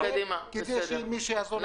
כדי שמישהו יעזור להם.